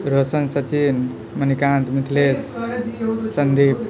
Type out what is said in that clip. Raushan Sachin Manikant Mithilesh Sandeep